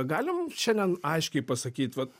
galim šiandien aiškiai pasakyt vat